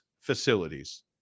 facilities